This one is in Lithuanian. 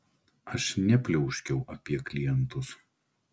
aš nepliauškiau apie klientus